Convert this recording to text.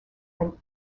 and